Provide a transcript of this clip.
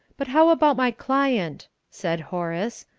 but how about my client? said horace.